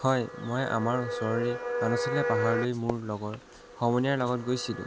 হয় মই আমাৰ ওচৰৰেই পাহাৰলৈ মোৰ লগৰ সমনীয়াৰ লগত গৈছিলোঁ